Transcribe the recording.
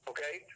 Okay